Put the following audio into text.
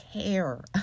care